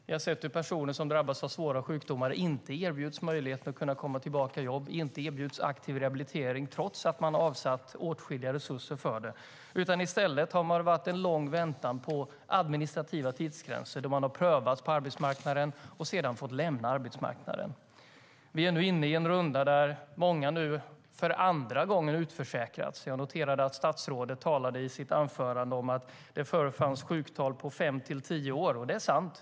Vi har sett hur personer som drabbas av svåra sjukdomar inte erbjuds möjlighet att komma tillbaka i jobb och inte erbjuds aktiv rehabilitering, trots att man har avsatt åtskilliga resurser för det. I stället har det varit en lång väntan på administrativa tidsgränser då man har prövats på arbetsmarknaden och sedan fått lämna den. Vi är nu inne i en runda där många utförsäkrats för andra gången. Jag noterade att statsrådet i sitt anförande talade om att det förr fanns sjuktal på fem till tio år, och det är sant.